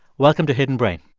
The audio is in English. welcome to hidden brain